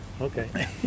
Okay